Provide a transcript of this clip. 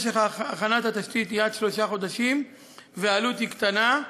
משך הכנת התשתית הוא עד שלושה חודשים והעלות היא קטנה.